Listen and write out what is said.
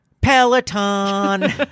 Peloton